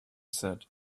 said